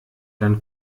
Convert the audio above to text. dann